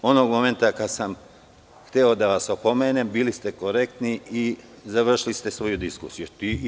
Onog momenta kada sam hteo da vas opomenem, bili ste korektni i završili ste svoju diskusiju.